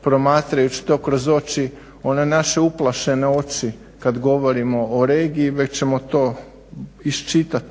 promatrajući to kroz oči, one naše uplašene oči kad govorimo o regiji već ćemo to iščitat